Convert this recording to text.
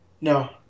No